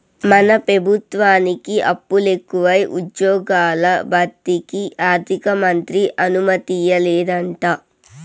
మన పెబుత్వానికి అప్పులెకువై ఉజ్జ్యోగాల భర్తీకి ఆర్థికమంత్రి అనుమతియ్యలేదంట